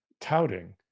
touting